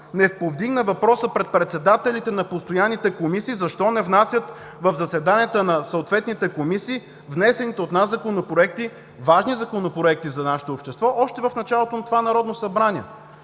не повдигна въпроса пред председателите на постоянните комисии защо не внасят в заседанията на съответните комисии внесените от нас законопроекти – важни законопроекти за нашето общество, още в началото на това Народно събрание.